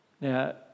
Now